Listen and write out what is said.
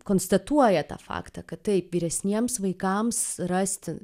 konstatuoja tą faktą kad taip vyresniems vaikams rasti